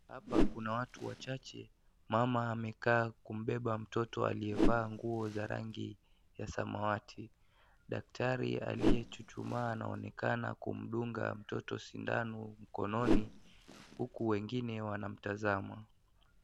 Hapa kuna watu wachache mama amekaa kumbeba mtoto ambaye amevalia nguo za rangi ya samawati. Daktari aliyechuchumaa anaonekana kumdunga mtoto sindano mkononi huku wengine wanamtazama.